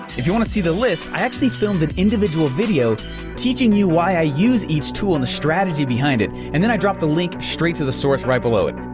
if you want to see the list, i actually filmed an individual video teaching you why i use each tool and the strategy behind it, and then i dropped a link straight to the source right below it.